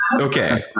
Okay